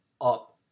up